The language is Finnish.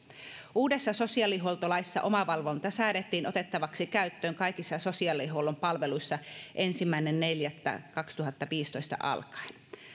uudessa sosiaalihuoltolaissa omavalvonta säädettiin otettavaksi käyttöön kaikissa sosiaalihuollon palveluissa ensimmäinen neljättä kaksituhattaviisitoista alkaen